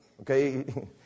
Okay